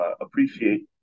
appreciate